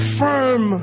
firm